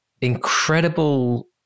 incredible